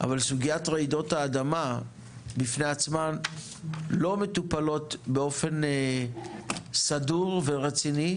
אבל סוגיית רעידות האדמה בפני עצמן לא מטופלות באופן סדור ורציני,